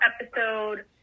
episode